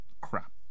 crap